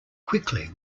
quickly